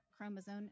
chromosome